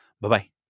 Bye-bye